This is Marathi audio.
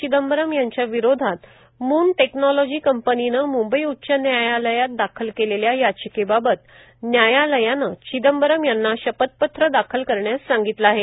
चिदंबरम यांच्या विरोधात मून टेक्नॉलॉजी कंपनीने मुंबई उच्च न्यायालयात दाखल केलेल्या याचिकेबाबत न्यायालयाने चिदंबरम यांना शपथपत्र दाखल करण्यास सांगितलं आहे